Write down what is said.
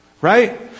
Right